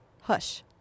Hush